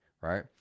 right